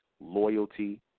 loyalty